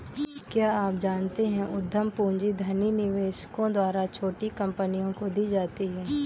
क्या आप जानते है उद्यम पूंजी धनी निवेशकों द्वारा छोटी कंपनियों को दी जाती है?